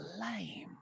lame